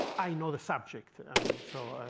i know the subject. i mean so